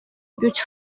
beauty